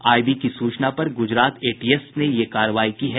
IB की सूचना पर गुजरात एटीएस ने ये कार्रवाई की है